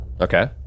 Okay